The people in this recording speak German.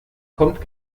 kommt